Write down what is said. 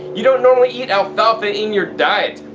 you don't normally eat alfalfa in your diet.